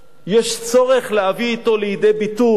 יש צורך להביא אותו לידי ביטוי.